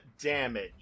damage